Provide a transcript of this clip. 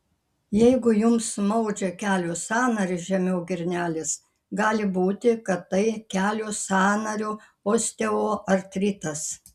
jeigu jums maudžia kelio sąnarį žemiau girnelės gali būti kad tai kelio sąnario osteoartritas